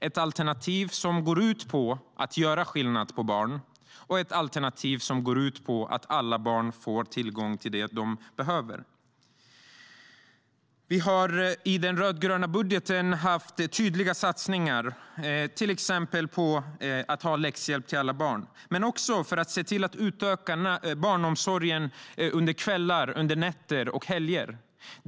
Ett alternativ går ut på att göra skillnad på barn och ett annat alternativ går ut på att alla barn får tillgång till det de behöver.I den rödgröna budgeten hade vi tydliga satsningar på till exempel läxhjälp till alla barn men också på att utöka barnomsorgen under kvällar, nätter och helger.